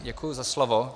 Děkuju za slovo.